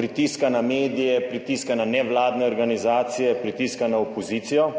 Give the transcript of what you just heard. pritiska na medije, pritiska na nevladne organizacije, pritiska na opozicijo.